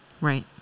Right